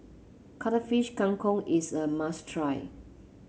Cuttlefish Kang Kong is a must try